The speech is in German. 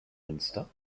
münster